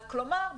כלומר,